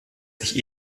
sich